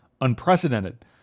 unprecedented